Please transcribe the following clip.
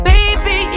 Baby